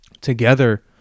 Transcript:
together